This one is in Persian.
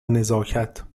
نزاکت